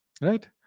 Right